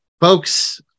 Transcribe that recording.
Folks